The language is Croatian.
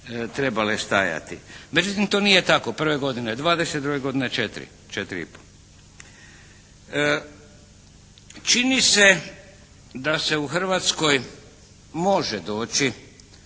trebale stajati. Međutim, to nije tako. Prve godine je 20 a druge godine je 4, 4,5. Čini se da se u Hrvatskoj može doći